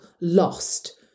lost